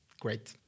Great